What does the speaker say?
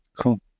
Cool